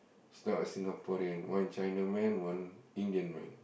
is not a Singaporean one China man one Indian Malay